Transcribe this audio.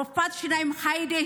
רופאת השיניים היידי,